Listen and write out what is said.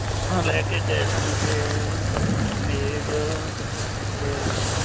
ਹਾਂ ਲੈ ਕੇ ਗਏ ਸੀਗੇ ਮੇਜ ਅਤੇ